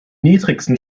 niedrigsten